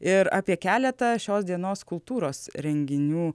ir apie keletą šios dienos kultūros renginių